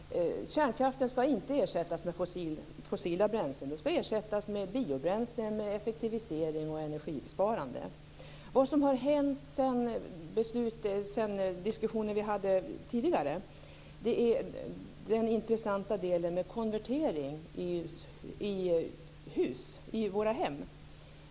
Herr talman! Kärnkraften skall inte ersättas med fossila bränslen. Den skall ersättas med biobränslen, med effektivisering och energisparande. Vad som har hänt sedan den diskussion som vi hade tidigare är den intressanta delen med konvertering i våra hem.